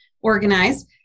organized